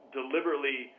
deliberately